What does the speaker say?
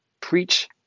preach